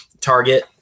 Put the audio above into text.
Target